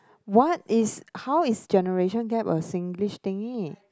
what is how is generation gap a Singlish thingy